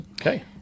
Okay